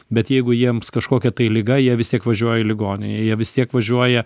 bet jeigu jiems kažkokia tai liga jie vis tiek važiuoja į ligoninę jie vis tiek važiuoja